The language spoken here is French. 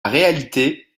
réalité